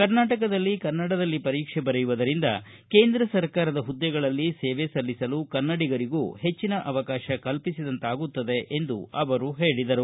ಕರ್ನಾಟಕದಲ್ಲಿ ಕನ್ನಡದಲ್ಲಿ ಪರೀಕ್ಷೆ ಬರೆಯುವುದರಿಂದ ಕೇಂದ್ರ ಸರ್ಕಾರದ ಹುದ್ದೆಗಳಲ್ಲಿ ಸೇವೆ ಸಲ್ಲಿಸಲು ಕನ್ನಡಿಗರಿಗೂ ಹೆಚ್ಚಿನ ಅವಕಾಶ ಕಲ್ಪಿಸಿದಂತಾಗುತ್ತದೆ ಎಂದು ಅವರು ಹೇಳಿದರು